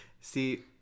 See